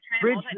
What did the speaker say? bridge